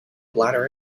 bladder